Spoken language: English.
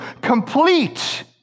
complete